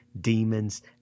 demons